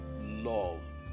love